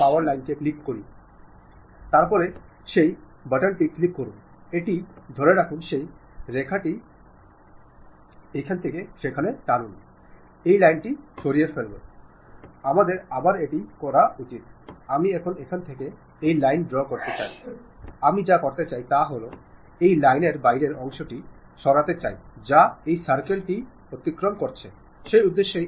വ്യത്യസ്ത വഴികളുണ്ട് വ്യത്യസ്ത അവസരങ്ങളുണ്ട് നിങ്ങൾക്ക് വിവിധ തലങ്ങളിൽ ആശയവിനിമയം നടത്താനുള്ള അവസരം ലഭിക്കുമ്പോൾ ഒപ്പം നിങ്ങൾ ഒരു കൃത്യത പാലിക്കുന്നുവെന്ന് തോന്നിപ്പിക്കുകയും നിങ്ങൾ വാക്കുകളുടെ ഒരു മിതവിനിയോഗം നടത്തുകയും നിങ്ങടെ സഹിഷ്ണുത കാത്തുസൂക്ഷിക്കുക